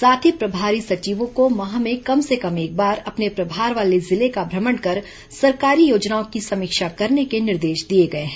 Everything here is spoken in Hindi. साथ ही प्रभारी सचिवों को माह में कम से कम एक बार अपने प्रभार वाले जिले का भ्रमण कर सरकारी योजनाओं की समीक्षा करने के निर्देश दिए गए हैं